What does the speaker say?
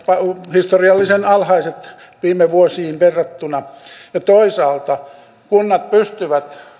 historiallisen alhaiset viime vuosiin verrattuna toisaalta kunnat pystyvät